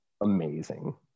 amazing